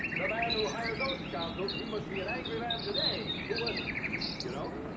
the man who hired those scoundrels, he must be an angry man today! who was it? do you know?